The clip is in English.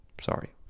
Sorry